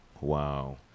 wow